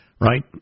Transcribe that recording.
Right